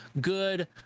good